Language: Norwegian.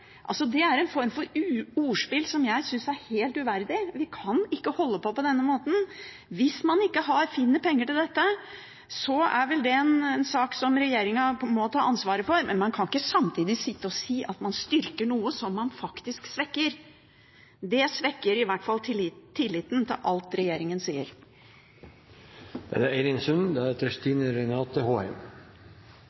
Det er en form for ordspill som jeg synes er helt uverdig. Vi kan ikke holde på på denne måten. Hvis man ikke finner penger til dette, er det en sak som regjeringen må ta ansvaret for, men man kan ikke samtidig sitte og si at man styrker noe som man faktisk svekker. Det svekker i hvert fall tilliten til alt regjeringen sier.